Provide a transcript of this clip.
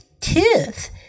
tooth